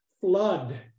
flood